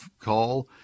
call